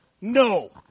no